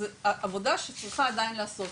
זו עבודה שצריכה עדיין להיעשות.